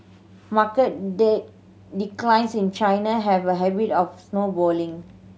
market declines in China have a habit of snowballing